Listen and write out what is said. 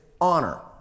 honor